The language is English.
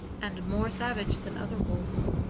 and more savage than other wolves.